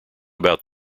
about